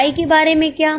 Y के बारे में क्या